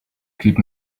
keep